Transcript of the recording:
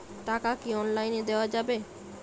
টাকা কি অনলাইনে দেওয়া যাবে?